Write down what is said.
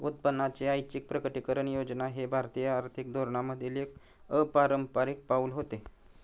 उत्पन्नाची ऐच्छिक प्रकटीकरण योजना हे भारतीय आर्थिक धोरणांमधील एक अपारंपारिक पाऊल होते